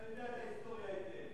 אתה יודע את ההיסטוריה היטב.